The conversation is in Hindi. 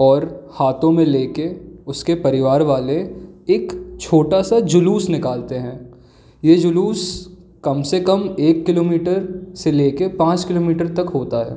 और हाथों में लेके उसके परिवार वाले एक छोटा सा जुलूस निकालते हैं ये जुलूस कम से कम एक किलोमीटर से लेके पाँच किलोमीटर तक होता है